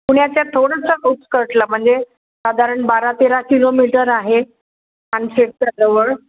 पुण्याच्या थोडंसं आउट्सकटला म्हणजे साधारण बारा तेरा किलोमीटर आहे पानशेतच्या जवळ